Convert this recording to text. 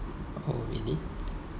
oh really